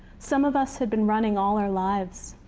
some of us had been running all our lives.